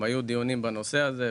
היו דיונים בנושא הזה,